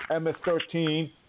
MS-13